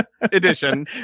edition